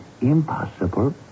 impossible